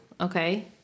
Okay